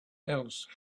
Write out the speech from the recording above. else